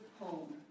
home